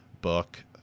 book